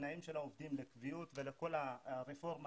לתנאים של העובדים לקביעות ולכל הרפורמה